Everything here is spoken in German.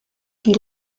die